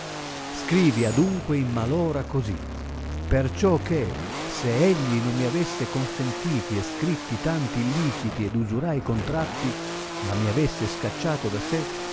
scrivi adunque in mal ora così perciò che se egli non mi avesse consentiti e scritti tanti illiciti ed usurai contratti ma mi avesse scacciato da sé